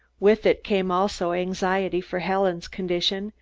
with it came also anxiety for helen's condition,